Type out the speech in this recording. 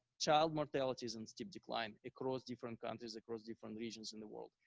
child mortality is in steep decline across different countries, across different regions in the world.